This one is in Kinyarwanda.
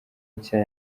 nshya